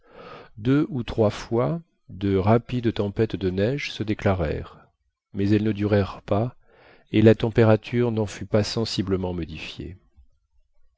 deux ou trois fois de rapides tempêtes de neige se déclarèrent mais elles ne durèrent pas et la température n'en fut pas sensiblement modifiée